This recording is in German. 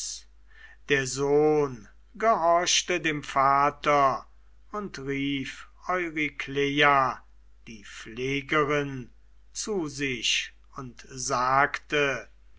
der sohn gehorchte dem vater und rief eurykleia die pflegerin zu sich und sagte